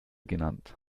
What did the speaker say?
genannt